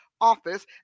office